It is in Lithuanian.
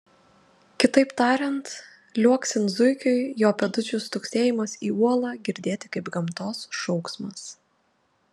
kitaip tariant liuoksint zuikiui jo pėdučių stuksėjimas į uolą girdėti kaip gamtos šauksmas